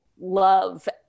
love